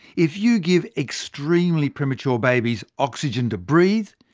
if you give extremely premature babies oxygen to breathe,